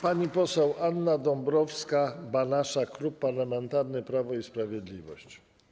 Pani poseł Anna Dąbrowska-Banaszak, Klub Parlamentarny Prawo i Sprawiedliwość.